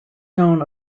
known